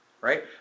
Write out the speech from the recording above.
right